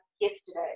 yesterday